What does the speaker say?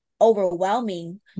overwhelming